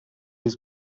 his